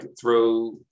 throw